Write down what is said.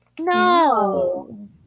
no